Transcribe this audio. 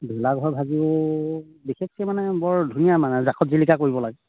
ভেলাঘৰ ভাগিও বিশেষকৈ মানে বৰ ধুনীয়া মানে জাকত জিলিকা কৰিব লাগে